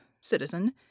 citizen